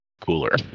cooler